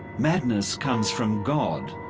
madness comes from god,